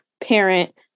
parent